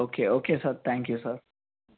okay okay sir thank you sir